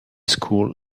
school